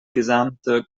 gesamte